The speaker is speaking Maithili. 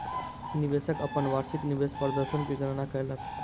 निवेशक अपन वार्षिक निवेश प्रदर्शन के गणना कयलक